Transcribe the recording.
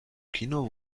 kino